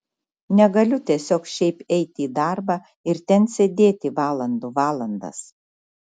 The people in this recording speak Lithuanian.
negaliu tiesiog šiaip eiti į darbą ir ten sėdėti valandų valandas